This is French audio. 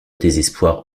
désespoir